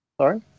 Sorry